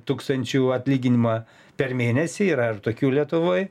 tūkstančių atlyginimą per mėnesį yra ir tokių lietuvoj